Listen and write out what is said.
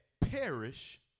perish